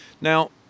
Now